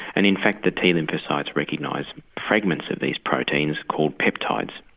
and in fact the t-lymphocytes recognise fragments of these proteins called peptides.